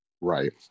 Right